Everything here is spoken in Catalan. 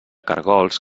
caragols